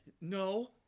no